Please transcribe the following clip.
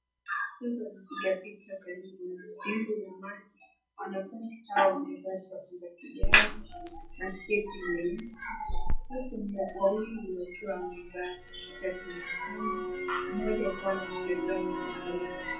Wanafunzi wanpiga picha karibu na bwawa la maji, wanafunzi hawa wamevaa sweta za kijani na sketi nyeusi huku wawili wakiwa wamevaa shati nyekundu, mmoja akiwa na kipepeo mkononi.